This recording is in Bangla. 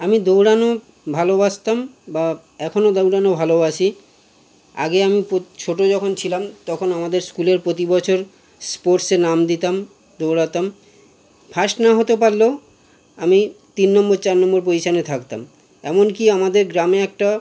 আমি দৌড়ানো ভালোবাসতাম বা এখনো দৌড়ানো ভালোবাসি আগে আমি পুত ছোট যখন ছিলাম তখন আমাদের স্কুলের প্রতি বছর স্পোর্টসে নাম দিতাম দৌড়াতাম ফার্স্ট না হতে পারলেও আমি তিন নম্বর চার নম্বর পজিশানে থাকতাম এমনকি আমাদের গ্রামে একটা